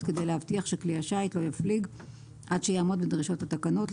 כדי להבטיח שכלי השיט לא יפליג עד שיעמוד בדרישות התקנות,